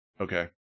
Okay